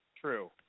True